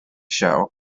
show